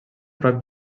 prop